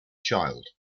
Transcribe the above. child